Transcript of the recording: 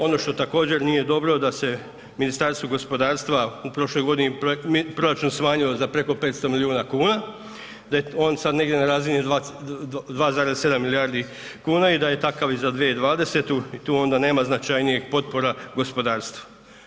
Ono što također nije dobro da se Ministarstvu gospodarstva u prošloj godini proračun smanjio za preko 500 milijuna kuna, da je on sad negdje na razini 2,7 milijardi kuna i da je takav i za 2020. i tu onda nema značajnijeg potpora gospodarstvu.